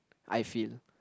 I feel